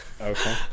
Okay